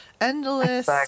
endless